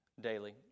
daily